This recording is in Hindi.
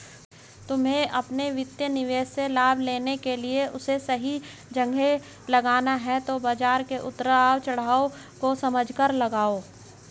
तुम्हे अपने वित्तीय निवेश से लाभ लेने के लिए उसे सही जगह लगाना है तो बाज़ार के उतार चड़ाव को समझकर लगाओ